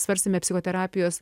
svarstėme psichoterapijos